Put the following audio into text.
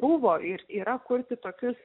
buvo ir yra kurti tokius